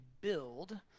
build